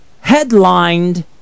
headlined